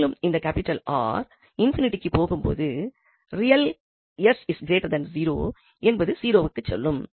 மேலும் இந்த 𝑅 ∞ க்கு போகும்போது ரியல் 𝑠 0 என்பது 0 க்கு செல்லும்